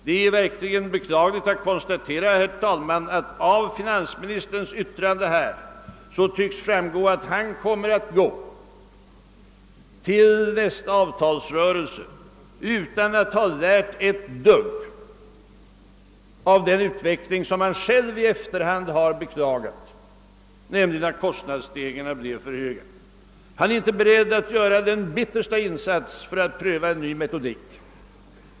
Det är verkligen beklagligt att konstatera, herr talman, att det av finansministerns yttrande tycks framgå, att han kommer att gå till nästa avtalsrörelse utan att ha lärt ett dugg av den utveckling efter den förra som han själv i efterhand har beklagat, nämligen att kostnadsstegringarna blivit för höga. Han är inte beredd att göra den bittersta insats för att pröva en ny metodik.